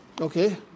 okay